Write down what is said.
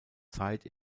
zeit